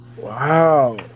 Wow